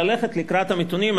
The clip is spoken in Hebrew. ללכת לקראת המתונים,